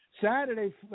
Saturday